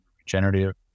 regenerative